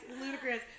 ludicrous